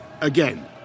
again